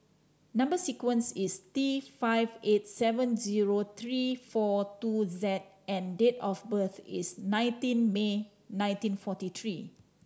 number sequence is T five eight seven zero three four two Z and date of birth is nineteen May nineteen forty three